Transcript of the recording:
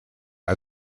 are